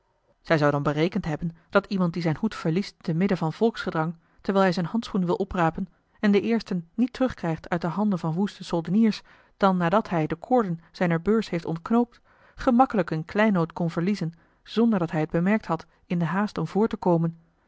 zij zou dan berekend hebben dat iemand die zijn hoed verliest te midden van volksgedrang terwijl hij zijn handschoen wil oprapen en den eersten niet terugkrijgt uit de handen van woeste soldeniers dan nadat hij de koorden zijner beurs heeft ontknoopt gemakkelijk een kleinood kon verliezen zonder dat hij het bemerkt had in de haast om voort te komen